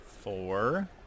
Four